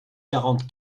quarante